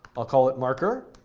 i'll call it marker.